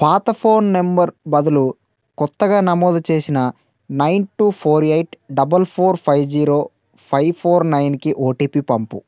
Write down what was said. పాత phone number బదులు కొత్తగా నమోదు చేసిన nine two four eight double four five zero five four నైన్కి ఓటీపీ పంపు